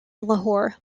lahore